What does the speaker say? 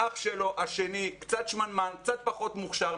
אח שלו השני קצת שמנמן, קצת פחות מוכשר.